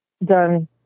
done